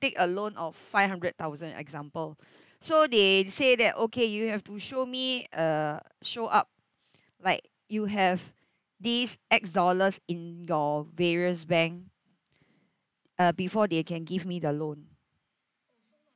take a loan of five hundred thousand example so they say that okay you have to show me a show up like you have these X dollars in your various bank uh before they can give me the loan